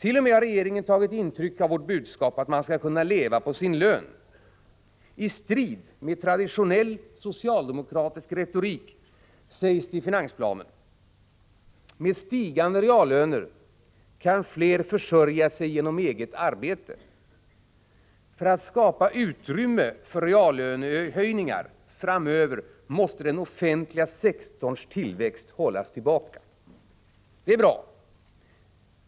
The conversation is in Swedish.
Regeringen har t.o.m. tagit intryck av vårt budskap att man skall kunna leva på sin lön. I strid med traditionell socialdemokratisk retorik skrivs det i finansplanen: ”Med stigande reallöner kan fler försörja sig genom eget arbete. För att skapa utrymme för reallönehöjningar framöver måste den offentliga sektorns tillväxt hållas tillbaka.” Det är bra.